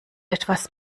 etwas